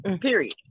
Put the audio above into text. period